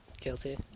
guilty